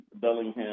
Bellingham